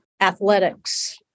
athletics